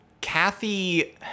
Kathy